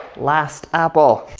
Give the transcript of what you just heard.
last apple.